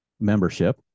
membership